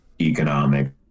economic